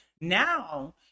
Now